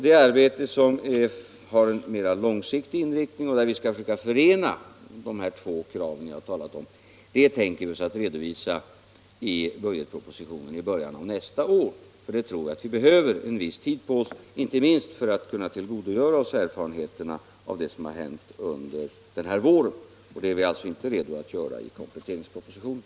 Det arbete som har en mera långsiktig inriktning, och där vi skall försöka förena dessa två krav som jag har talat om, tänker vi oss däremot att redovisa i budgetpropositionen i början av nästa år. Jag tror nämligen att vi behöver en viss tid på oss, inte minst för att kunna tillgodogöra oss erfarenheterna av det som har hänt under den här våren. Det är vi alltså inte beredda att redovisa i kompletteringspropositionen.